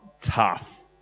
tough